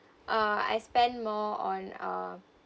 uh I spend more on uh